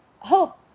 Hope